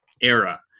era